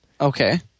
Okay